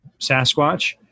Sasquatch